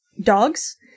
dogs